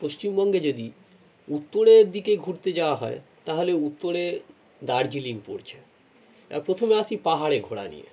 পশ্চিমবঙ্গে যদি উত্তরের দিকে ঘুরতে যাওয়া হয় তাহালে উত্তরে দার্জিলিং পড়ছে এবার প্রথমে আসি পাহাড়ে ঘোরা নিয়ে